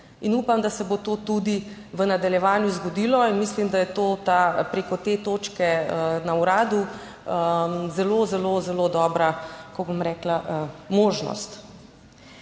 upam, da se bo to tudi v nadaljevanju zgodilo in mislim, da je to preko te točke na uradu zelo, zelo, zelo dobra, tako, bom rekla, možnost.